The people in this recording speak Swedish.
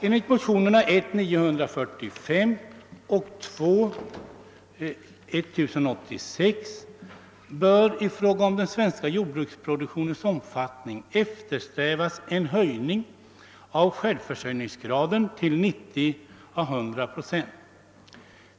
Enligt motionerna 1: 945 och II: 1086 bör i fråga om den svenska jordbruksproduktionens omfattning eftersträvas en höjning av självförsörjningsgraden till 90 å 100 procent.